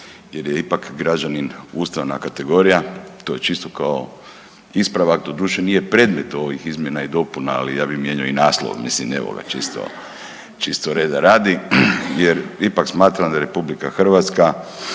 jer je ipak građanin ustavna kategorija, to čisto kao ispravak doduše nije predmet ovih izmjena i dopuna, ali ja bih mijenjao i naslov mislim čisto reda radi jer ipak smatram da RH republika koja